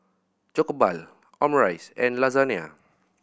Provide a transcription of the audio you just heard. Jokbal Omurice and Lasagna